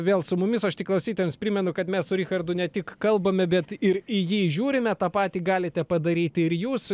vėl su mumis aš tik klausytojams primenu kad mes su richardu ne tik kalbame bet ir į jį žiūrime tą patį galite padaryti ir jūs